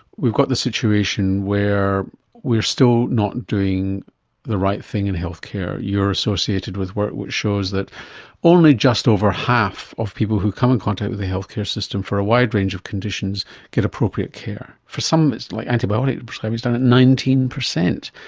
we've got the situation where we are still not doing the right thing in healthcare. you are associated with work which shows that only just over half of people who come in contact with the healthcare system for a wide range of conditions get appropriate care. for some of it, like antibiotics is done at nineteen percent.